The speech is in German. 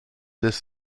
des